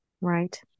Right